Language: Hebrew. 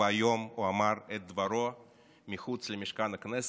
והיום הוא אמר את דברו מחוץ למשכן הכנסת.